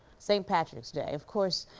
st. patrick's day. of course,